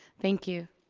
thank you.